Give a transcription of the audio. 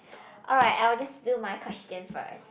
alright I will just do my question first